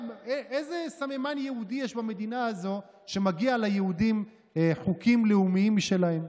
איזה סממן יהודי יש במדינה הזאת שמגיעים ליהודים חוקים לאומיים משלהם?